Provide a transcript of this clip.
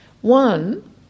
One